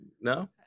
No